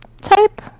type